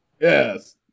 Yes